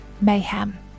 mayhem